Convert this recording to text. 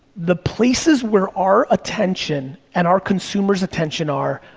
the places where our attention and our consumers' attention are,